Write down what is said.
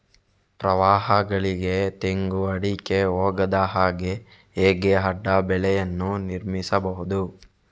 ಪ್ರವಾಹಗಳಿಗೆ ತೆಂಗು, ಅಡಿಕೆ ಹೋಗದ ಹಾಗೆ ಹೇಗೆ ಅಡ್ಡ ಬೇಲಿಯನ್ನು ನಿರ್ಮಿಸಬಹುದು?